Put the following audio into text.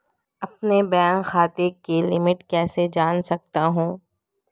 अपने बैंक खाते की लिमिट कैसे जान सकता हूं?